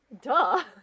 Duh